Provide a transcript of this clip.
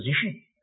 position